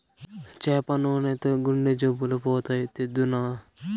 చేప నూనెతో గుండె జబ్బులు పోతాయి, తెద్దునా